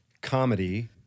comedy